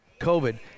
COVID